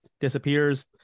disappears